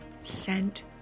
scent